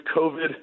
COVID